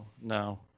no